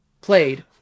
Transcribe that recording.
played